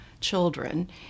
children